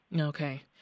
Okay